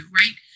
right